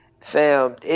Fam